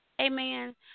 Amen